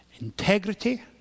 integrity